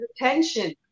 attention